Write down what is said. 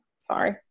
sorry